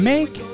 Make